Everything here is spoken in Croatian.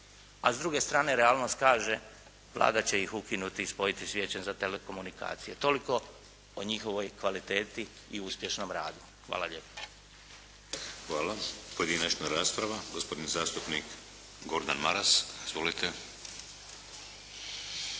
a s druge strane realnost kaže, Vlada će ih ukinuti i spojiti s Vijećem za telekomunikacije. Toliko o njihovoj kvaliteti i uspješnom radu. Hvala lijepo. **Šeks, Vladimir (HDZ)** Hvala. Pojedinačna rasprava. Gospodin zastupnik Gordan Maras. Izvolite.